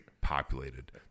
populated